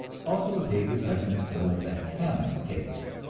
also the papers have been full of the hamon case.